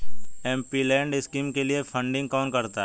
MPLAD scheme के लिए funding कौन करता है?